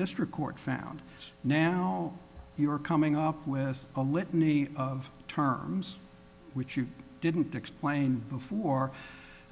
district court found now you are coming up with a litany of terms which you didn't explain before